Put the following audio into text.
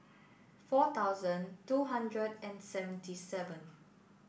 four thousand two hundred and seventy seven